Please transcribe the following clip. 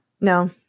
No